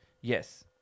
Yes